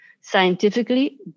scientifically